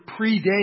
predates